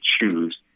choose